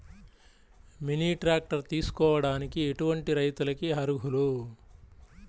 Mini tractor తీసుకోవడానికి ఎటువంటి రైతులకి అర్హులు?